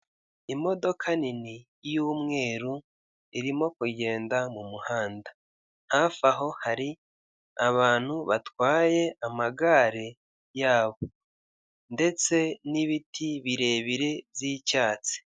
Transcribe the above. Imodoka nini y'umweru irimo kugenda mu muhanda, hafi aho hari abantu batwaye amagare yabo ndetse n'ibiti birebire by'icyatsi.